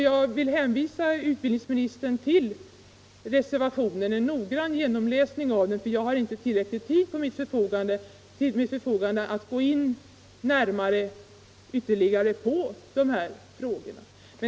Jag vill hänvisa utbildningsministern till reservationen och rekommendera honom en noggrann genomläsning av den, eftersom jag nu inte har tillräckligt med tid till mitt förfogande för att ytterligare gå in på frågorna.